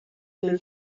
will